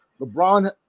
LeBron